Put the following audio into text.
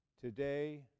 Today